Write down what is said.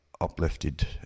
uplifted